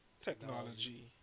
technology